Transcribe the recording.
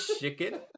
chicken